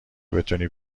بتونی